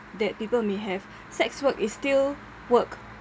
that people may have sex work is still work